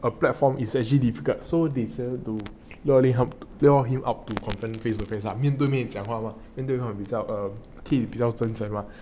the platform is actually need gut so they decided to lure him lure him out to confront face to face ah 面对面讲话会比较 err 听了比较真诚 mah